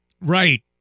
right